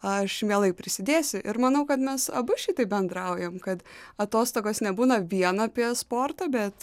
aš mielai prisidėsiu ir manau kad mes abu šitaip bendraujam kad atostogos nebūna vien apie sportą bet